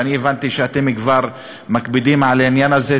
הבנתי שאתם כבר מקפידים על העניין הזה,